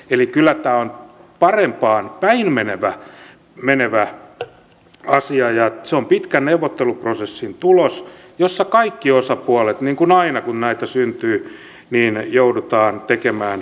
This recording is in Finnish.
eli kyllä tämä on parempaan päin menevä asia ja se on pitkän neuvotteluprosessin tulos jossa kaikki osapuolet niin kuin aina kun näitä syntyy joutuvat tekemään yhteistyötä